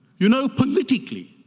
you know, politically